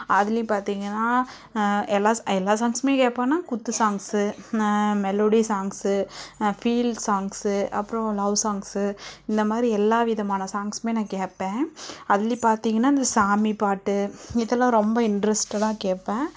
அதுலேயும் பார்த்தீங்கன்னா எல்லா ஸ் எல்லா சாங்ஸ்சுமே கேட்பேனா குத்து சாங்ஸு ந மெலோடி சாங்ஸு ஃபீல் சாங்ஸு அப்புறம் லவ் சாங்ஸு இந்த மாதிரி எல்லா விதமான சாங்ஸ்சுமே நான் கேட்பேன் அதுலேயும் பார்த்தீங்கன்னா இந்த சாமி பாட்டு இதலாம் ரொம்ப இன்ட்ரெஸ்டடாக கேட்பேன்